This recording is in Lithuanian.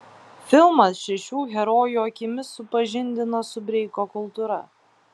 filmas šešių herojų akimis supažindina su breiko kultūra